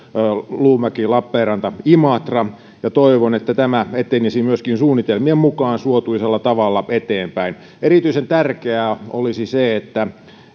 luumäki lappeenranta imatra ja toivon että tämä etenisi myöskin suunnitelmien mukaan suotuisalla tavalla eteenpäin erityisen tärkeää olisi se että